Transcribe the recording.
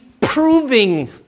proving